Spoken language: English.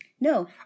No